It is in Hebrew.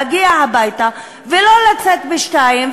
להגיע הביתה ולא לצאת ב-02:00,